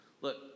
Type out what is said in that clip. Look